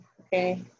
okay